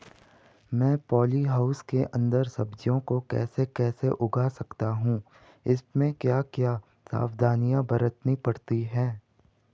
मैं poly house के अन्दर सब्जियों को कैसे उगा सकता हूँ इसमें क्या क्या सावधानियाँ बरतनी पड़ती है?